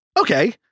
okay